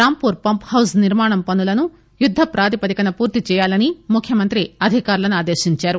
Rampur pump house నిర్మాణ పనులను యుద్గ ప్రాతిపదికన పూర్తి చెయ్యాలని ముఖ్యమంత్రి అధికారులను ఆదేశించారు